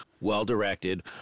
well-directed